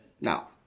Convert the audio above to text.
Now